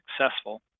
successful